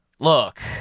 Look